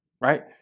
right